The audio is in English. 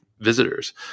visitors